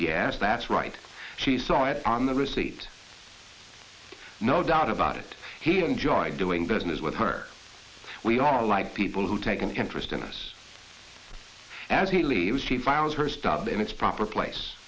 yes that's right she saw it on the receipt no doubt about it he enjoyed doing business with her we are like people who take an interest in us as he leaves she found her stub in its proper place